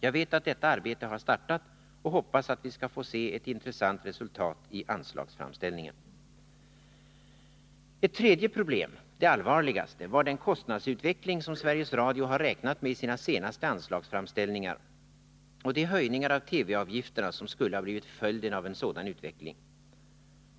Jag vet att detta arbete har startat och hoppas att vi skall få se ett intressant resultat i anslagsframställningen. Ett tredje problem — det allvarligaste — var den kostnadsutveckling som Sveriges Radio har räknat med i sina senaste anslagsframställningar och de höjningar av TV-avgifterna som skulle ha blivit följden av en sådan utveckling.